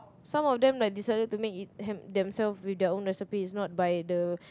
some of them like decided to make it them~ themself with their own recipe is not by the